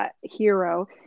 hero